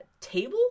table